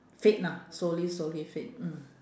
fade lah slowly slowly fade mm